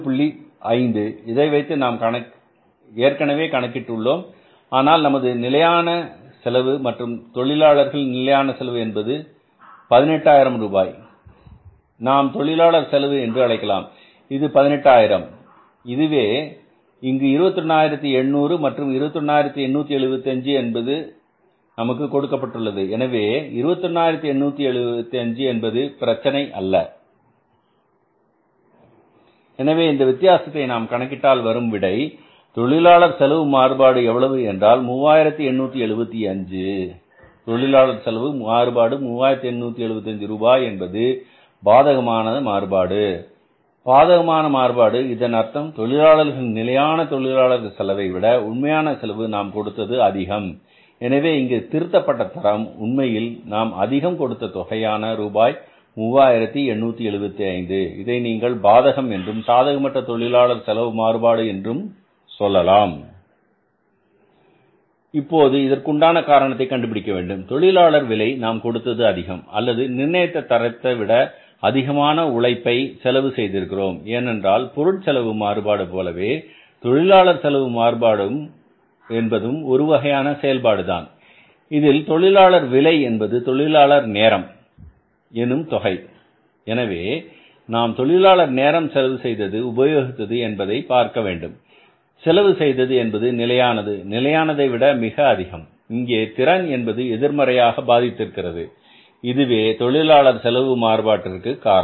5 இதை வைத்து நாம் ஏற்கனவே கணக்கிட்டு உள்ளோம் ஆனால் நமது தொழிலாளர் நிலையான செலவு மற்றும் தொழிலாளர் நிலையான செலவு என்பது 18000 ரூபாய் இதை நாம் தொழிலாளர் செலவு என்று அழைக்கலாம் இது 18000 இதுவே இங்கு 21800 மற்றும் 21875 என்பது நமக்கு கொடுக்கப்பட்டுள்ளது எனவே 21875 என்பது பிரச்சனை அல்ல எனவே இந்த வித்தியாசத்தை நாம் கணக்கிட்டால் வரும் விடை தொழிலாளர் செலவு மாறுபாடு எவ்வளவு என்றால் 3875 தொழிலாளர் செலவு மாறுபாடு 3875 ரூபாய் என்பது பாதகமானது மாறுபாடுகள் பாதகமான மாறுபாடு இதன் அர்த்தம் தொழிலாளர்களின் நிலையான தொழிலாளர் செலவைவிட உண்மையான செலவு நான் கொடுத்தது அதிகம் எனவே இங்கே திருத்தப்பட்ட தரம் உண்மையில் நாம் அதிகம் கொடுத்த தொகையான ரூபாய் 3875 இதை நீங்கள் பாதகம் என்றும் சாதகமற்ற தொழிலாளர் செலவு மாறுபாடு என்றும் சொல்லலாம் இப்போது இதற்குண்டான காரணத்தை கண்டுபிடிக்க வேண்டும் தொழிலாளர் விலை நான் கொடுத்தது அதிகம் அல்லது நாம் நிர்ணயித்த தரத்தை விட அதிகமான உழைப்பை செலவு செய்திருக்கிறோம் ஏனென்றால் பொருட்செலவு மாறுபாடு போலவே தொழிலாளர் செலவு மாறுபாடு என்பதும் ஒருவகையான செயல்பாடுதான் இதில் தொழிலாளர் விலை என்பது தொழிலாளர் நேரம் எனும் தொகை எனவே நாம் தொழிலாளர் நேரம் செலவு செய்தது உபயோகித்தது என்பதை பார்க்க வேண்டும் செலவு செய்தது என்பது நிலையானது நிலையானதை விட மிக அதிகம் இங்கே திறன் என்பது எதிர்மறையாக பாதித்திருக்கிறது இதுவே தொழிலாளர் செலவு மாறுபாட்டுக்கு காரணம்